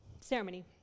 ceremony